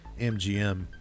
MGM